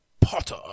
Potter